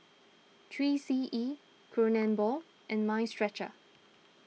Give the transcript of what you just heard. three C E Kronenbourg and Mind Stretcher